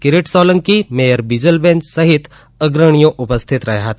Kirit Solanki mayor Bijalben સહિત અગ્રણીઓ ઉપસ્થિત રહ્યા હતા